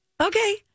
Okay